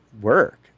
work